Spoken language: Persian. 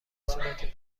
صورت